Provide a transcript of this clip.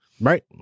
Right